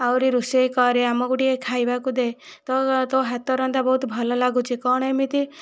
ଆହୁରି ରୋଷେଇ କରେ ଆମକୁ ଟିକିଏ ଖାଇବାକୁ ଦେ ତୋ ତୋ ହାତରନ୍ଧା ବହୁତ ଭଲ ଲାଗୁଛି କ'ଣ ଏମିତି